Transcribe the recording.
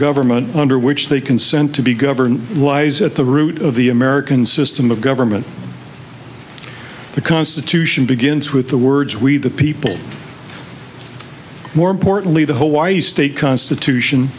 government under which they consent to be governed wise at the root of the american system of government the constitution begins with the words we the people more importantly the hawaii state constitution